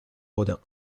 rodin